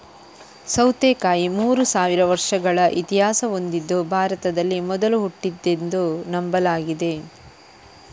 ಸೌತೆಕಾಯಿ ಮೂರು ಸಾವಿರ ವರ್ಷಗಳ ಇತಿಹಾಸ ಹೊಂದಿದ್ದು ಭಾರತದಲ್ಲಿ ಮೊದಲು ಹುಟ್ಟಿದ್ದೆಂದು ನಂಬಲಾಗಿದೆ